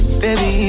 baby